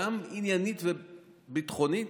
גם עניינית וביטחונית,